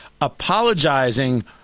apologizing